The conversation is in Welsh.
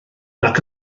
nac